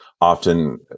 often